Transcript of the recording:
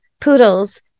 poodles